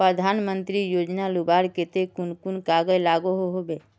प्रधानमंत्री योजना लुबार केते कुन कुन कागज लागोहो होबे?